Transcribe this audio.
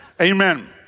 Amen